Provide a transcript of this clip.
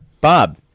Bob